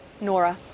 Nora